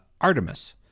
artemis